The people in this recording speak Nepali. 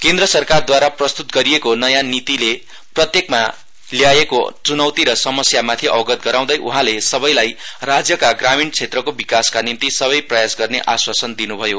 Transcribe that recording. केन्द्र सरकारदवारा प्रस्तुत गरिएको नयाँ नीतिले प्रत्येकमा ल्याएको चूनौती र समस्यामाथि अवगत गराउँदै उहाँले सबैलाई राज्यका ग्रामीण क्षेत्रको विकासका निम्ति सबै प्रयास गर्ने आस्वासन दिन् भयो